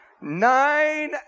Nine